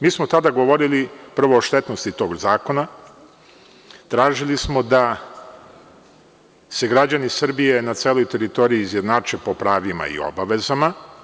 Mi smo tada govorili prvo o štetnosti tog zakona i tražili smo da se građani Srbije na celoj teritoriji izjednače po pravima i obavezama.